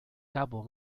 cabo